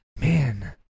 man